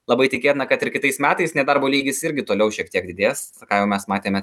labai tikėtina kad ir kitais metais nedarbo lygis irgi toliau šiek tiek didės ką jau mes matėme